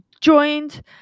joined